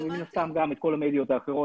מן הסתם גם את כל המדיות האחרות.